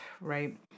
right